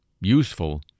useful